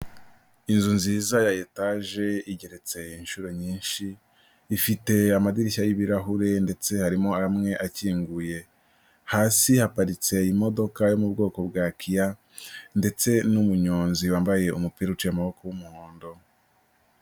Inzu nziza ya etaje igereretse inshuro nyinshi, ifite amadirishya y'ibirahure ndetse harimo amwe akinguye. Hasi haparitse imodoka yo mu bwoko bwa Kia ndetse n'umunyonzi wambaye umupira uciye amaboko w'umuhondo.